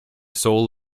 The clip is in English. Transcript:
soul